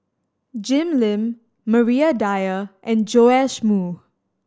Jim Lim Maria Dyer and Joash Moo